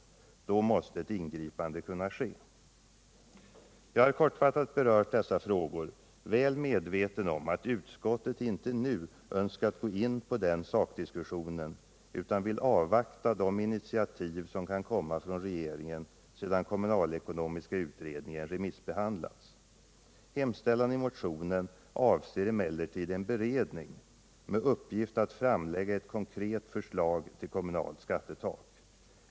Då måste ett ingripande kunna ske. Jag har kortfattat berört dessa frågor, väl medveten om att utskottet inte nu önskat gå in på den sakdiskussionen utan vill avvakta de initiativ som kan komma från regeringen sedan den kommunalekonomiska utredningen remissbehandlats. Hemställan i motionen avser emellertid en beredning med uppgift att framlägga ett konkret förslag till kommunalt skattetak.